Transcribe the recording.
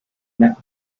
meant